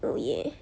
oh ya